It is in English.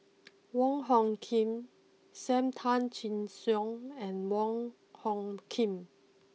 Wong Hung Khim Sam Tan Chin Siong and Wong Hung Khim